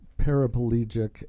paraplegic